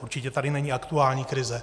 Určitě tady není aktuální krize.